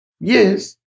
Yes